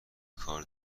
کار